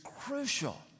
crucial